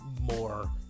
more